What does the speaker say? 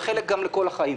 וחלק גם לכל החיים.